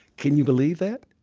can you believe that?